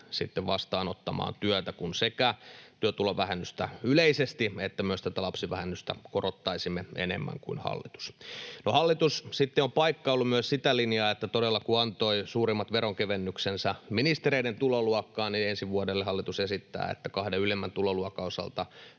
vastaanottamaan työtä, kun sekä työtulovähennystä yleisesti että myös tätä lapsivähennystä korottaisimme enemmän kuin hallitus. No, hallitus on sitten paikkaillut myös sitä linjaa, että kun todella antoi suurimmat veronkevennyksensä ministereiden tuloluokkaan, niin ensi vuodelle hallitus esittää, että kahden ylimmän tuloluokan osalta